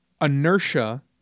inertia